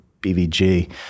BVG